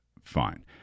fine